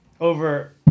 over